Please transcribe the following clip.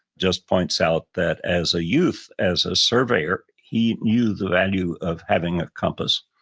just points out that as a youth, as a surveyor, he knew the value of having a compass.